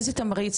איזה תמריץ?